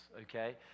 okay